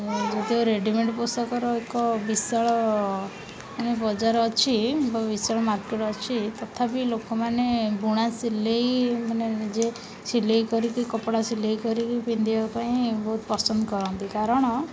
ଯଦିଓ ରେଡ଼ିମେଡ଼୍ ପୋଷାକର ଏକ ବିଶାଳ ମାନେ ବଜାର ଅଛି ବିଶାଳ ମାର୍କେଟ୍ ଅଛି ତଥାପି ଲୋକମାନେ ବୁଣା ସିଲେଇ ମାନେ ନିଜେ ସିଲେଇ କରିକି କପଡ଼ା ସିଲେଇ କରିକି ପିନ୍ଧିବା ପାଇଁ ବହୁତ ପସନ୍ଦ କରନ୍ତି କାରଣ